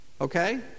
Okay